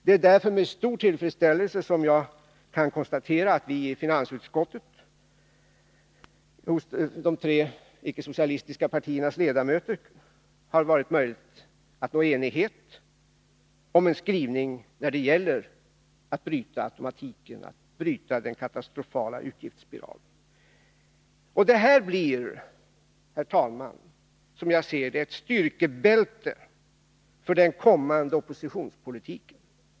Det är därför med stor tillfredsställelse jag konstaterar att de tre icke-socialistiska partiernas ledamöter i finansutskottet kunnat enas om en skrivning när det gäller att bryta automatiken, att bryta den katastrofala utgiftsspiralen. Herr talman! Detta blir, som jag ser det, ett styrkebälte för den kommande oppositionspolitiken.